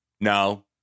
no